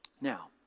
Now